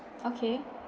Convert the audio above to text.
okay